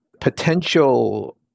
potential